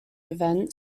event